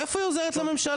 איפה היא עוזרת לממשלה?